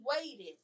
waited